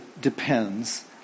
depends